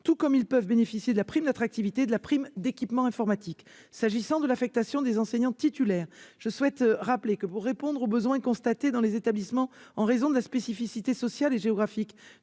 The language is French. peuvent également bénéficier de la prime d'attractivité et de la prime d'équipement informatique. J'en viens à l'affectation des enseignants titulaires. Pour répondre aux besoins constatés dans les établissements en raison de la spécificité sociale et géographique